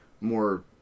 More